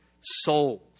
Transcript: souls